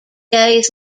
days